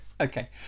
Okay